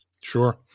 Sure